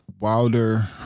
Wilder